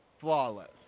flawless